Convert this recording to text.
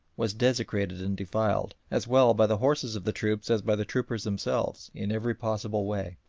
was desecrated and defiled, as well by the horses of the troops as by the troopers themselves, in every possible way.